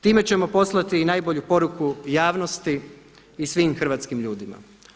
Time ćemo poslati najbolju poruku javnosti i svim hrvatskim ljudima.